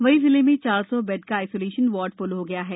वहीं जिले में चार सौ बेड का आइसोलेशन वार्ड फ्ल हो गया है